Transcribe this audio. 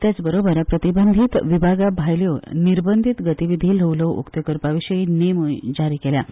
तेच बरोबर प्रतिबंधीत विभागा भायल्यो निर्बंधीत गतीविधी ल्हवू ल्हवू उक्त्यो करपा विशीं नेमूच जारी केल्यात